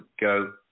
go